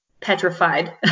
petrified